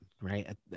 right